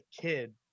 kid